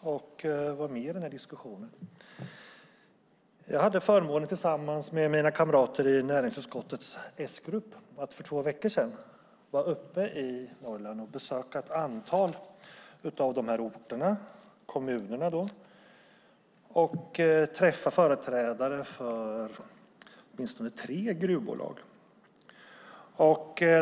och vara med i diskussionen. För två veckor sedan hade jag förmånen att tillsammans med mina kamrater i näringsutskottets S-grupp besöka ett antal orter och kommuner i Norrland och träffa företrädare för åtminstone tre gruvbolag.